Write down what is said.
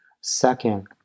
Second